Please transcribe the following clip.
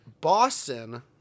Boston